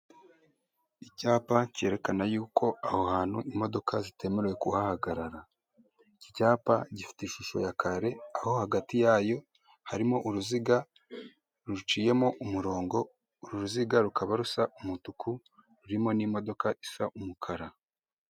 Icyapa cyerekana yuko aho hantu imodoka zitemerewe kuhagarara, iki cyapa gifite ishusho ya kare aho hagati yayo harimo uruziga ruciyemo umurongo, uruziga rukaba rusa umutuku rurimo n'imodoka isa umukara.